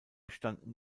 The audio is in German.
standen